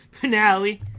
finale